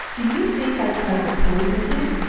do you think i tried to poison him